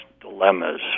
dilemmas